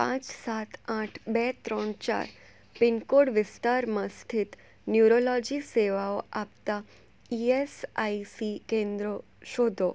પાંચ સાત આઠ બે ત્રણ ચાર પિનકોડ વિસ્તારમાં સ્થિત ન્યૂરોલોજી સેવાઓ આપતાં ઇએસઆઇસી કેન્દ્રો શોધો